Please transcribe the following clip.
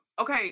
Okay